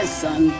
son